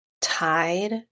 tied